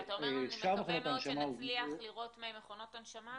כשאתה אומר: אני מקווה מאוד שנצליח לראות מהם מכונות הנשמה,